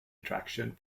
attraction